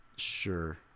sure